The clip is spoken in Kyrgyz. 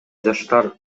жаштар